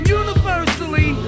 universally